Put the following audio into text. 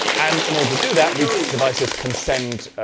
and in order to do that, these devices can send,